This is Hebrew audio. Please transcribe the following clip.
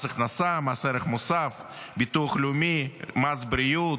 מס הכנסה, מס ערך מוסף, ביטוח לאומי, מס בריאות.